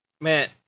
Man